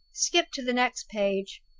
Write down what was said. skip to the next page.